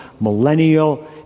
millennial